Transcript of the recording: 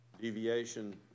deviation